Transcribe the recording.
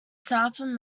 southern